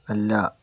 അല്ല